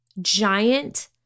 giant